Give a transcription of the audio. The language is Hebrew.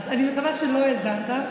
אז אני מקווה שלא האזנת.